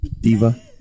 Diva